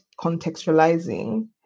contextualizing